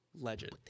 legend